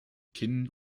kinn